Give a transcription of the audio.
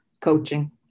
coaching